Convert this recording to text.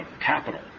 capital